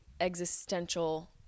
existential